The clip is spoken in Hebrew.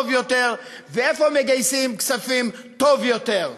יותר ואיפה מגייסים כספים טוב יותר: